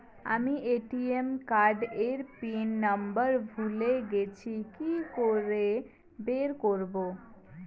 আমি ATM card এর pin number ভুলে গেছি কি করে বের করব?